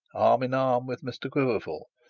arm in arm, with mr quiverful,